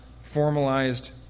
formalized